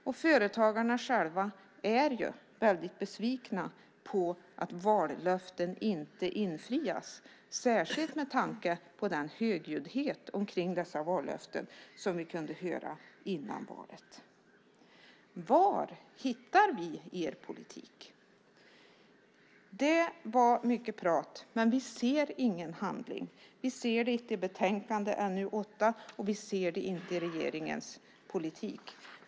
Och företagarna är väldigt besvikna på att vallöften inte infrias, särskilt med tanke på den högljuddhet omkring dessa vallöften som vi kunde höra före valet. Var hittar vi er politik? Det var mycket prat men vi ser ingen handling. Vi ser det inte i betänkande NU8 och vi ser det inte i regeringens politik.